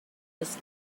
was